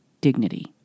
dignity